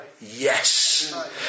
yes